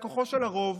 את כוחו של הרוב,